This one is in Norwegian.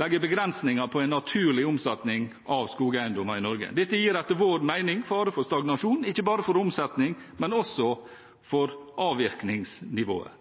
legger begrensninger på en naturlig omsetning av skogeiendommer i Norge. Dette gir etter vår mening fare for stagnasjon, ikke bare for omsetning, men også for avvirkningsnivået.